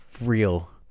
real